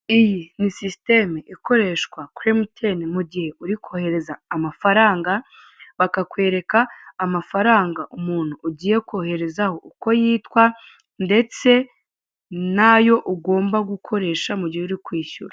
Iyi ni sisiteme ikoreshwa kuri emutiyeni mu gihe uri kohereza amafaranga bakakwera amafaranga umuntu ugiye koherezaho uko yitwa ndetse nayo ugomba gukoresha mu gihe uri kwishyura.